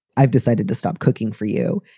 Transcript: i've decided to stop cooking for you.